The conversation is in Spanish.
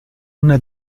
una